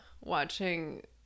watching